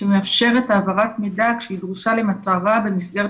שמאפשר את העברת המידע כשהיא דרושה למטרה במסגרת